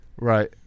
right